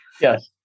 Yes